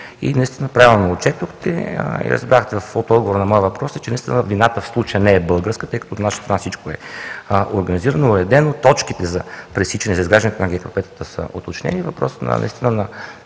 И правилно отчетохте и разбрахте от отговора на въпроса, че наистина вината в случая не е българска, тъй като от наша страна всичко е организирано, уредено, точките за пресичане за изграждането на ГКПП-та са уточнени, и въпрос на форсиране